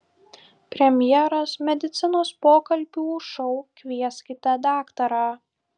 premjeros medicinos pokalbių šou kvieskite daktarą